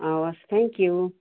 हवस् थ्याङ्कयु